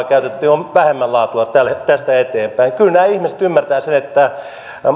käytetty on vähemmän laatua tästä eteenpäin kyllä nämä ihmiset ymmärtävät sen että